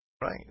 Right